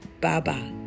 Bye-bye